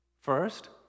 First